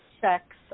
sex